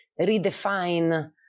redefine